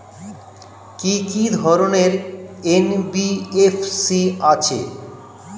কি কি ধরনের এন.বি.এফ.সি আছে?